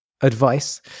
advice